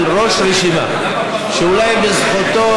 של רבין עשינו משהו שהוא מעבר לחובתנו,